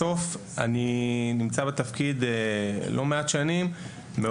בסוף אני נמצא בתפקיד לא מעט שנים,